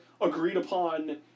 agreed-upon